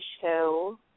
show